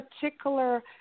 particular